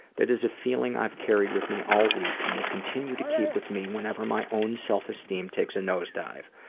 that is a feeling i have carried with me all week and will continue to keep with me whenever my own self-esteem takes a nosedive.